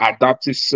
adaptive